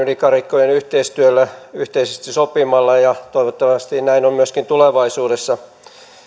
yli karikkojen yhteistyöllä yhteisesti sopimalla ja ja toivottavasti näin on myöskin tulevaisuudessa